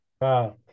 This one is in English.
Wow